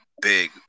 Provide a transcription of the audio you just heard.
Big